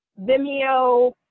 Vimeo